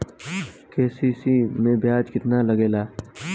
KCC में ब्याज कितना लागेला?